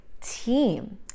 team